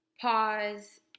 pause